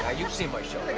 ah you've seen my show.